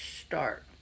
start